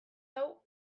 hau